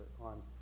on